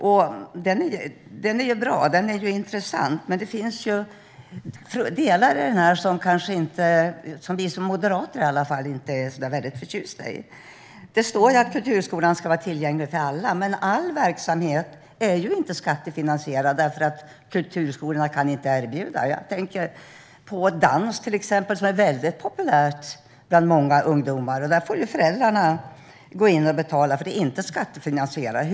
Utredningen är bra och intressant, men det finns delar i den som åtminstone vi moderater inte är så väldigt förtjusta i. Det står att kulturskolan ska vara tillgänglig för alla. All verksamhet är ju dock inte skattefinansierad, eftersom kulturskolorna inte kan erbjuda detta. Jag tänker till exempel på dans, som är väldigt populärt bland många ungdomar. Där får föräldrarna gå in och betala, för det är inte skattefinansierat.